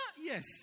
yes